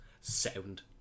sound